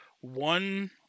one